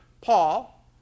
Paul